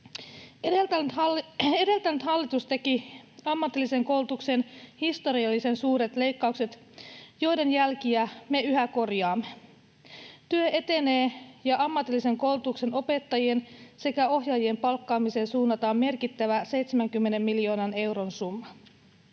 Edeltänyt hallitus teki ammatilliseen koulutukseen historiallisen suuret leikkaukset, joiden jälkiä me yhä korjaamme. Työ etenee, ja ammatillisen koulutuksen opettajien sekä ohjaajien palkkaamiseen suunnataan merkittävä 70 miljoonan euron summa.